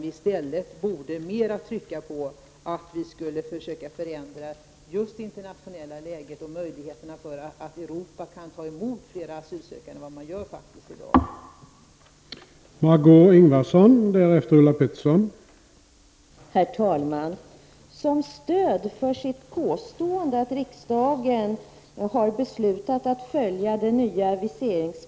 Vi borde i stället mera trycka på att vi borde förändra det internationella handlandet och göra det möjligt för Europa att ta emot flera asylsökande än vi faktiskt gör här i dag.